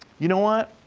you know what?